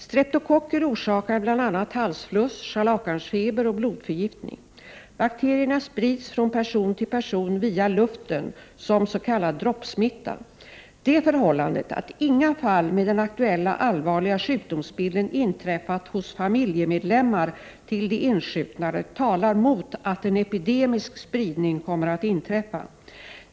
Streptokocker orsakar bl.a. halsfluss, scharlakansfeber och blodförgiftning. Bakterierna sprids från person till person via luften som s.k. droppsmitta. Det förhållande att inga fall med den aktuella allvarliga sjukdomsbilden inträffat hos familjemedlemmar till de insjuknade talar mot att en epidemisk spridning kommer att inträffa.